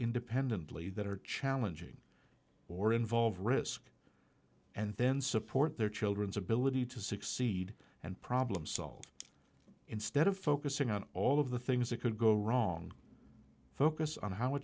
independently that are challenging or involve risk and then support their children's ability to succeed and problem solved instead of focusing on all of the things that could go wrong focus on how a